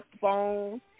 phone